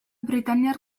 britainiar